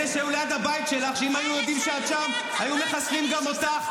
אם היו יודעים שאת שם, היו מחסלים גם אותך.